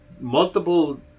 multiple